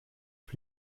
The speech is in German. für